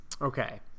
Okay